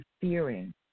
fearing